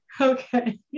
Okay